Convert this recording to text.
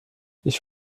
ich